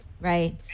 Right